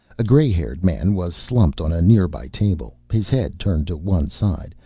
a grey-haired man was slumped on a nearby table. his head, turned to one side,